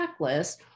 checklist